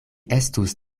estus